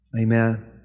Amen